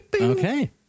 okay